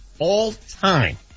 All-time